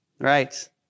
Right